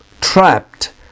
trapped